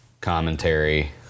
commentary